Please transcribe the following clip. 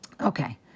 Okay